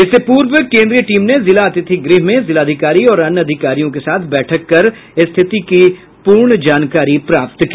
इससे पूर्व केन्द्रीय टीम ने जिला अतिथि गृह में जिलाधिकारी और अन्य अधिकारियों के साथ बैठक कर स्थिति की पूर्ण जानकारी प्राप्त की